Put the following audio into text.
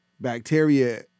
bacteria